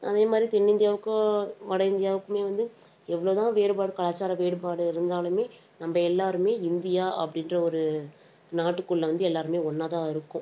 அதேமாதிரி தென்னிந்தியாவுக்கும் வட இந்தியாவுக்குமே வந்து எவ்வளோ தான் வேறுபாடு கலாச்சார வேறுபாடு இருந்தாலுமே நம்ம எல்லோருமே இந்தியா அப்படின்ற ஒரு நாட்டுக்குள்ளே வந்து எல்லோருமே ஒன்னாகதான் இருக்கோம்